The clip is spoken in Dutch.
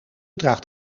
draagt